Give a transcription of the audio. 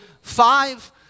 five